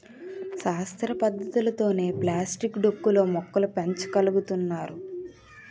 శాస్త్ర పద్ధతులతోనే ప్లాస్టిక్ డొక్కు లో మొక్కలు పెంచ గలుగుతున్నారు